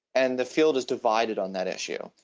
and the field is divided on that issue.